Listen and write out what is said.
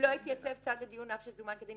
לא התייצב צד לדיון אף שזומן כדין,